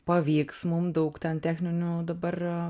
pavyks mum daug ten techninių dabar